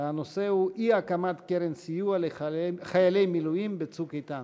הנושא הוא אי-הקמת קרן סיוע לחיילי מילואים ב"צוק איתן".